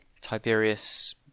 Tiberius